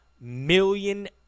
million